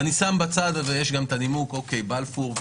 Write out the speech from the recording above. ואני שם בצד את הנימוק שאומר בלפור,